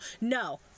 No